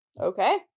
Okay